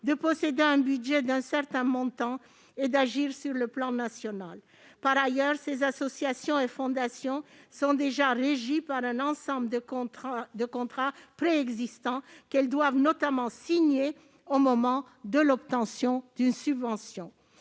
posséder un budget d'un certain montant et agir sur le plan national. Par ailleurs, ces associations et fondations sont déjà régies par un ensemble de contrats préexistants, qu'elles doivent notamment signer au moment de l'obtention d'une subvention.